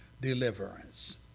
deliverance